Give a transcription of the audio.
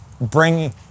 bringing